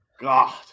God